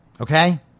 Okay